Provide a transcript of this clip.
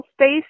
space